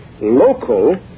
local